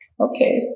Okay